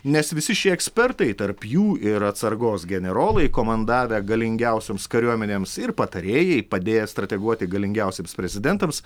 nes visi šie ekspertai tarp jų ir atsargos generolai komandavę galingiausioms kariuomenėms ir patarėjai padėję strateguoti galingiausiems prezidentams